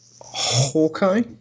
Hawkeye